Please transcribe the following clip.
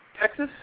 Texas